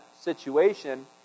situation